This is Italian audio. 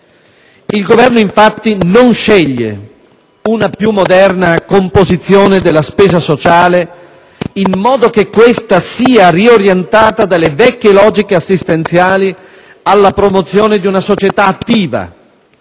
Il Governo, infatti, non sceglie una più moderna composizione della spesa sociale in modo che questa sia riorientata dalle vecchie logiche assistenziali alla promozione di una società attiva,